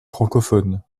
francophones